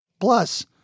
Plus